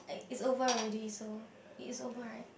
it's over already so it's over right